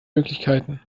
möglichkeiten